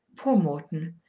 poor morton.